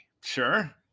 Sure